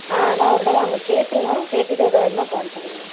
ஆ அதுதான் ஒரு தடவை அங்கே கேட்டிருங்க கேட்டுவிட்டு எதாவதுன்னால் கால் பண்ணுங்க